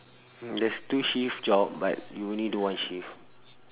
there's two shift job but you only do one shift